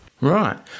Right